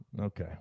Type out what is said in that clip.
okay